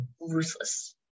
ruthless